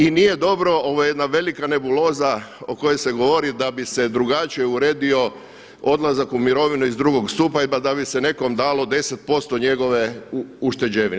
I nije dobro, ovo je jedna velika nebuloza o kojoj se govori da bi se drugačije uredio odlazak u mirovinu iz drugog stupa i da bi se nekome dalo 10% njegove ušteđevine.